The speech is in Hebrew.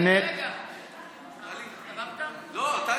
רגע רגע רגע.